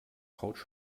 couch